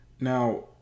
Now